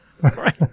Right